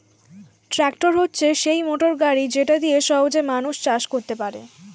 tractor হচ্ছে সেই motor গাড়ি যেটা দিয়ে সহজে মানুষ চাষ করতে পারে